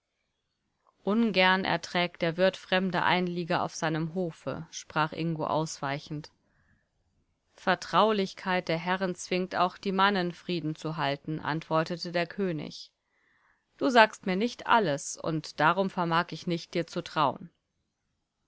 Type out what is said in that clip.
ungern erträgt der wirt fremde einlieger auf seinem hofe sprach ingo ausweichend vertraulichkeit der herren zwingt auch die mannen frieden zu halten antwortete der könig du sagst mir nicht alles und darum vermag ich nicht dir zu trauen